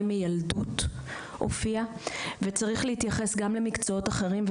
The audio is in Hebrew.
מיילדות הופיעה וצריך להתייחס גם למקצועות אחרים,